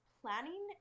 planning